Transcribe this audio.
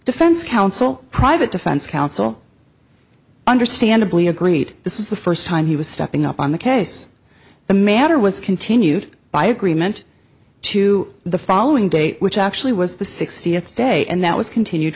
defense counsel private defense counsel understandably agreed this is the first time he was stepping up on the case the matter was continued by agreement to the following day which actually was the sixtieth day and that was continued